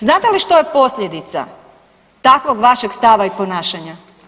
Znate li što je posljedica takvog vašeg stava i ponašanja?